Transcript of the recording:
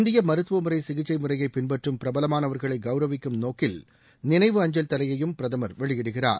இந்திய மருத்துவ முறை சிகிச்சை முறையை பின்பற்றும் பிரபலமானவர்களை கவுரவிக்கும் நோக்கில் நினைவு அஞ்சல் தலையையும் பிரதமர் வெளியிடுகிறார்